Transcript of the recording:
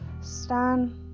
stand